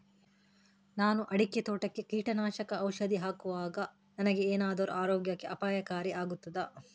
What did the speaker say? ನಾನು ಅಡಿಕೆ ತೋಟಕ್ಕೆ ಕೀಟನಾಶಕ ಔಷಧಿ ಹಾಕುವಾಗ ನನಗೆ ಏನಾದರೂ ಆರೋಗ್ಯಕ್ಕೆ ಅಪಾಯಕಾರಿ ಆಗುತ್ತದಾ?